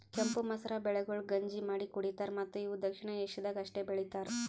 ಕೆಂಪು ಮಸೂರ ಬೆಳೆಗೊಳ್ ಗಂಜಿ ಮಾಡಿ ಕುಡಿತಾರ್ ಮತ್ತ ಇವು ದಕ್ಷಿಣ ಏಷ್ಯಾದಾಗ್ ಅಷ್ಟೆ ಬೆಳಿತಾರ್